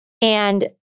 And-